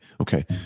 okay